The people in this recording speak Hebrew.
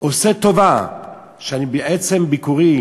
עושה טובה בעצם ביקורי